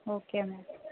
okay madam